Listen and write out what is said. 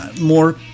More